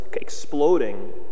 exploding